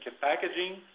packaging